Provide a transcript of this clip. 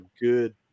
good